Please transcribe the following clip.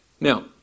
Now